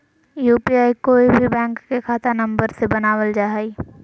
UPI कोय भी bank के खाता नंबर से बनावल जा हइ